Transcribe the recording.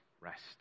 rest